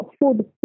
food